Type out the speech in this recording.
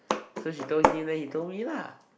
so she told him then she told me lah